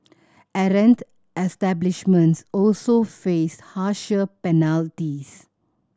errant establishments also faced harsher penalties